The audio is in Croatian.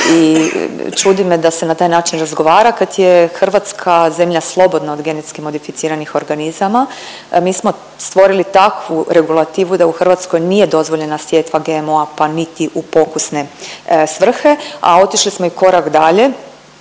i čudi me da se na takav način razgovara kad je Hrvatska zemlja slobodna od genetski modificiranih organizama. Mi smo stvorili takvu regulativu da u Hrvatskoj nije dozvoljena sjetva GMO-a, pa niti u pokusne svrhe, a otišli smo i korak dalje,